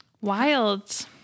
Wild